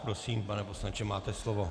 Prosím, pane poslanče, máte slovo.